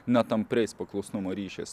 ne tampriais paklusnumo ryšiais